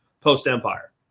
post-Empire